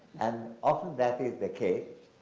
and often that is the case,